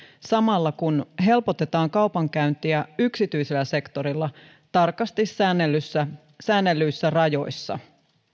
samalla kun helpotetaan kaupankäyntiä yksityisellä sektorilla tarkasti säännellyissä säännellyissä rajoissa